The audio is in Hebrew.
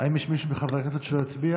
האם יש מישהו מחברי הכנסת שלא הצביע?